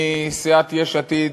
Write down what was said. מסיעת יש עתיד,